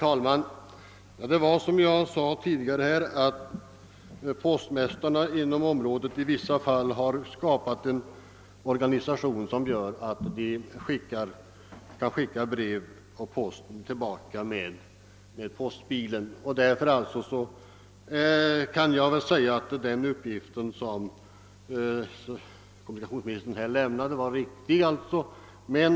Herr talman! Som jag nämnde tidigare har postmästarna inom området skapat en organisation, som innebär att de kan skicka brev tillbaka med postbilen. Därför kan jag anse att den uppgift som kommunikationsministern lämnade var riktig.